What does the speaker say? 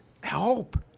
help